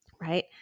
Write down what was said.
right